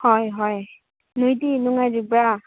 ꯍꯣꯏ ꯍꯣꯏ ꯅꯣꯏꯗꯤ ꯅꯨꯡꯉꯥꯏꯔꯤꯕ꯭ꯔꯥ